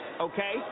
Okay